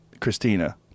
Christina